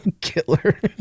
Killer